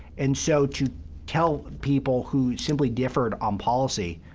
and so to tell people who simply differed on policy,